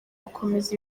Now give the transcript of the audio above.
gukomeza